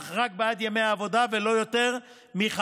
אך רק בעד ימי העבודה ולא יותר מחמישה,